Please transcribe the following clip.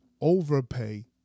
overpay